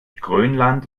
grönland